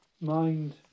mind